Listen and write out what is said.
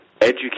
Educate